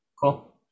Cool